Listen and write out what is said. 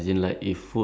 yes